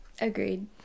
Agreed